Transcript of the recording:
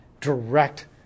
direct